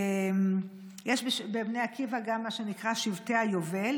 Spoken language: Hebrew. יש בבני עקיבא גם מה שנקרא שבטי היובל.